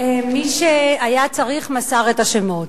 מי שהיה צריך מסר את השמות.